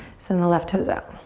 send the left toes out.